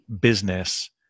business